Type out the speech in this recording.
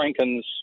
Franken's